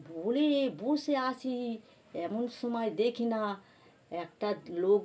বলে বসে আছি এমন সময় দেখি না একটা লোক